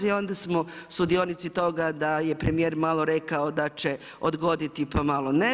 I onda smo sudionici toga da je premjer malo rekao, da će odgoditi pa malo ne.